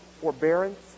forbearance